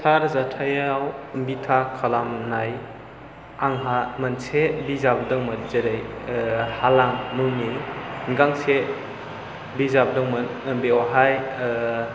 थार जाथायाव बिथा खालामनाय आंहा मोनसे बिजाब दंमोन जेरै हालां मुंनि गांसे बिजाब दंमोन बेवहाय